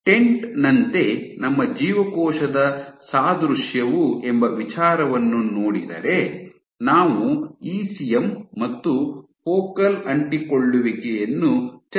tent ನಂತೆ ನಮ್ಮ ಜೀವಕೋಶದ ಸಾದೃಶ್ಯವು ಎಂಬ ವಿಚಾರವನ್ನು ನೋಡಿದರೆ ನಾವು ಇಸಿಎಂ ಮತ್ತು ಫೋಕಲ್ ಅಂಟಿಕೊಳ್ಳುವಿಕೆಯನ್ನು ಚರ್ಚಿಸಿದ್ದೇವೆ